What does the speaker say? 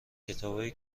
کتابای